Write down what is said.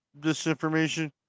disinformation